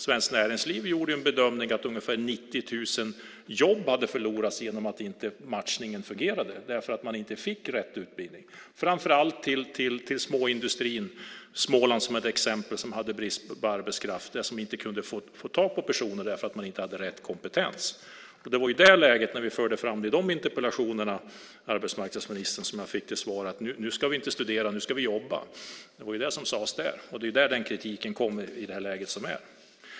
Svenskt näringsliv gjorde en bedömning att ungefär 90 000 jobb hade förlorats genom att matchningen inte fungerade. Man fick inte rätt utbildning - det gällde framför allt till småindustrin. Småland är ett exempel där man hade brist på arbetskraft. Man kunde inte få tag i personer därför att de inte hade rätt kompetens. Det var i det läget, när vi förde fram det i interpellationerna, arbetsmarknadsministern, som jag fick till svar: Nu ska vi inte studera; nu ska vi jobba. Det var det som sades där, och det är där den kritiken kommer i det läge som är.